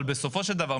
אבל בסופו של דבר,